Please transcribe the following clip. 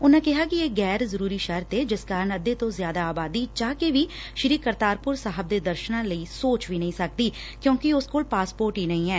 ਉਨਾਂ ਕਿਹਾ ਕਿ ਇਹ ਗੈਰ ਜ਼ਰੁਰੀ ਸ਼ਰਤ ਏ ਜਿਸ ਕਾਰਨ ਅੱਧੇ ਤੋਂ ਜ਼ਿਆਦਾ ਆਬਾਦੀ ਚਾਹ ਕੇ ਵੀ ਸ੍ਰੀ ਕਰਤਾਰਪੁਰ ਸਾਹਿਬ ਦੇ ਦਰਸ਼ਨਾਂ ਲਈ ਸੋਚ ਨਹੀ ਸਕਦੀ ਕਿਉਕਿ ਉਸ ਕੋਲ ਪਾਸਪੋਰਟ ਹੀ ਨਹੀ ਐ